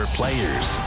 players